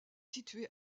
située